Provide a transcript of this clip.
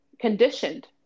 conditioned